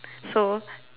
never mind